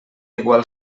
igual